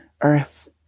Earth